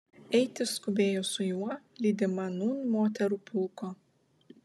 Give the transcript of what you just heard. eiti skubėjo su juo lydima nūn moterų pulko